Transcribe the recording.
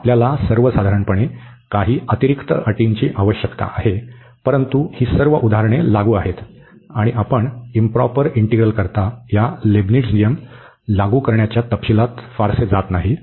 आपल्याला सर्वसाधारणपणे काही अतिरिक्त अटींची आवश्यकता आहे परंतु ही सर्व उदाहरणे लागू आहेत आणि आपण इंप्रॉपर इंटीग्रलकरिता या लेबनिझ नियम लागू करण्याच्या तपशीलात फारसे जात नाही